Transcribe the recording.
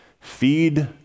feed